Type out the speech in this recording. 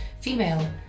female